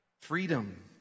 freedom